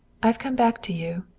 i have come back to you,